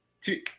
Two